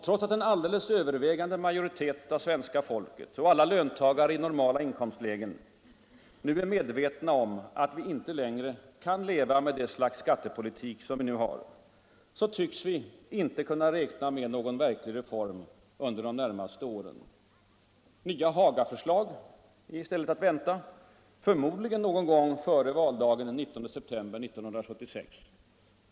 Trots at en alldeles övervägande majoritet av svenska folket och alla löntagare i normala inkomstlägen nu är medvetna om att vi inte längre kan leva med det slags skattepolitik vi nu har, tycks vi inte kunna räkna med någon verklig reform under de närmaste åren. Nya Hagaförslag är i stället att vänta, förmodligen någon gång före valdagen den 19 september 1976.